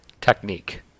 technique